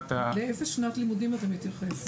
לעומת ה --- לאיזה שנות לימודים אתה מתייחס?